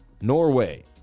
Norway